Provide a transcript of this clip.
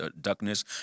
darkness